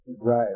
Right